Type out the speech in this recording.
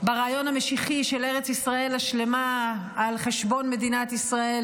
ברעיון המשיחי של ארץ ישראל השלמה על חשבון מדינת ישראל,